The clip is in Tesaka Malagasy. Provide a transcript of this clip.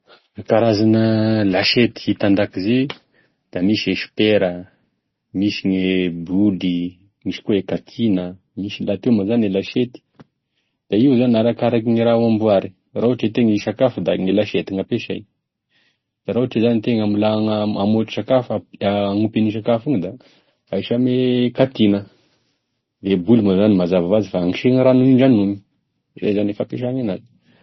Karazana lasiety hita an-dakozy da misy e sopera, misy gne boly, misy koa e kantina, misy lahateo e lasety, da io zany arakarakarigne raha amboary, raha ohatra integna hisakafo da gny lasety gn'ampesay raha ohatra zany integna mbola hign- hamboatry sakafo ,raha ohatra agnopy sakafo da ahisy ame kantina, e boly moa zany mazava ho azy fa agnisegny rano hindranomy, izany zany e fampesagny enazy.